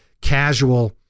casual